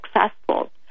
successful